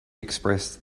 expressed